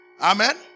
Amen